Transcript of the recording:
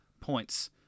points